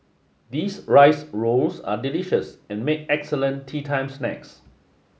these rice rolls are delicious and make excellent teatime snacks